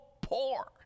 poor